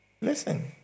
Listen